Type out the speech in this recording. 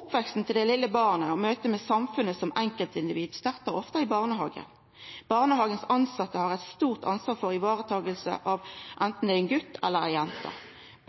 Oppveksten til det vesle barnet og møtet med samfunnet som enkeltindivid startar ofte i barnehagen. Dei tilsette i barnehagen har eit stort ansvar for å ta vare på barnet, anten det er ein gut eller ei jente,